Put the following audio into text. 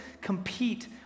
compete